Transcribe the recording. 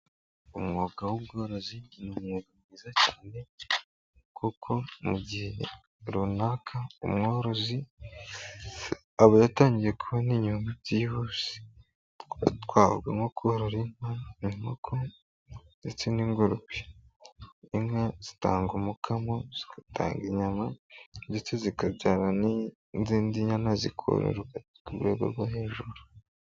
Umwuga w'ubworozi n'umwuga mwiza cyane kuko mu gihe runaka umworozi aba yatangiye kubona inyungu byihuse, twavuga nko korora inka, inkoko ndetse n'ingurube. Inka zitanga umukamo, zigatanga inyama ndetse zikabyara n'izindi nyana zikororoka ku rwego rwo hejuru.